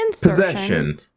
possession